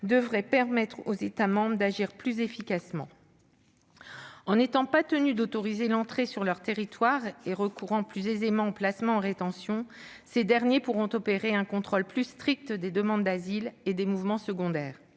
devraient permettre aux États membres d'agir plus efficacement. En n'étant pas tenus d'autoriser l'entrée sur leur territoire et en recourant plus aisément au placement en rétention, ces derniers pourront opérer un contrôle plus strict des demandes d'asile et des mouvements secondaires.